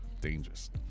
dangerous